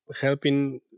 helping